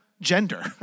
gender